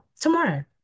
tomorrow